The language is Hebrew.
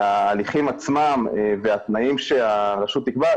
ההליכים עצמם והתנאים שהרשות תקבע,